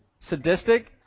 Sadistic